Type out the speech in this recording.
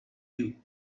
you